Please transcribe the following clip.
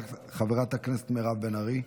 חברת הכנסת מירב בן ארי.